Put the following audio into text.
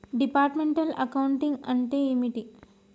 Departmental accounting అంటే ఏమిటి?